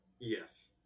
Yes